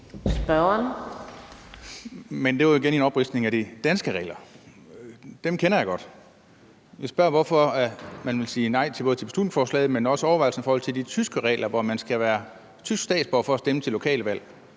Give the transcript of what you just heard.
Det var jo igen en opridsning af de danske regler, og dem kender jeg godt. Jeg spørger, hvorfor man vil sige nej til både beslutningsforslaget, men også overvejelserne i forhold til de tyske regler, hvor man skal være tysk statsborger for at stemme til lokale valg.